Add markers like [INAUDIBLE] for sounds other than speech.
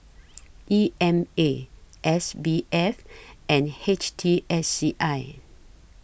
[NOISE] E M A S B F and H T S C I